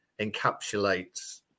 encapsulates